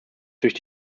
durch